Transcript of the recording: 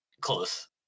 close